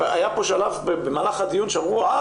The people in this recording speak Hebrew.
היה פה שלב במהלך הדיון שאמרו 'אה,